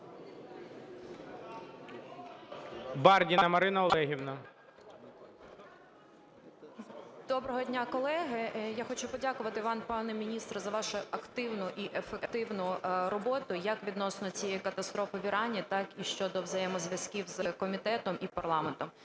БАРДІНА М.О. Доброго дня, колеги. Я хочу подякувати вам, пане міністр, за вашу активну і ефективну роботу як відносно цієї катастрофи в Ірані, так і щодо взаємозв'язків з комітетом, і парламентом.